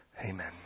amen